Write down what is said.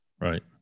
Right